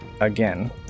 again